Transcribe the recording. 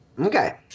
Okay